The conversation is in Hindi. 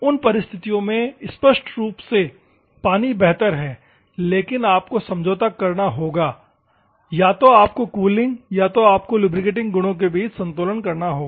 उन परिस्थितियों में स्पष्ट रूप से पानी बेहतर है लेकिन आपको समझौता करना होगा या तो आपको कूलिंग या तो लुब्रिकेटिंग गुणों के बीच संतुलन करना होगा